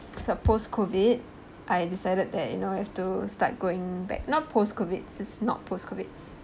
so post COVID I decided that you know you have to start going back not post COVID this is not post it